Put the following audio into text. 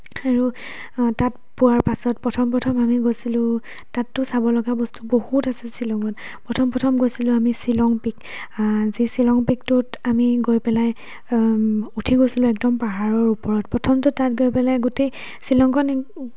আৰু তাত পোৱাৰ পাছত প্ৰথম প্ৰথম আমি গৈছিলোঁ তাতটো চাব লগা বস্তু বহুত আছে শ্বিলংত প্ৰথম প্ৰথম গৈছিলোঁ আমি শ্বিলং পিক যি শ্বিলং পিকটোত আমি গৈ পেলাই উঠি গৈছিলোঁ একদম পাহাৰৰ ওপৰত প্ৰথমতো তাত গৈ পেলাই গোটেই শ্বিলঙখন